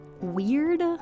weird